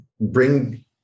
bring